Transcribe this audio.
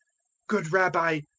good rabbi,